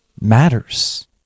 matters